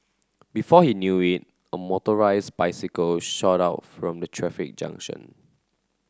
before he knew it a motorised bicycle shot out from the traffic junction